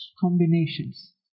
combinations